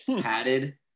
Padded